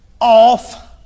off